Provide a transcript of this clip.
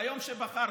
ביום שבחרתם,